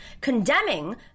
condemning